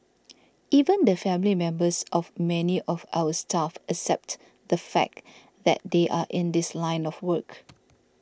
even the family members of many of our staff accept the fact that they are in this line of work